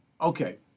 okay